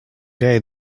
day